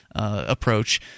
Approach